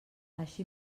així